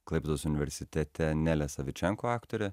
klaipėdos universitete nelė savičenko aktorė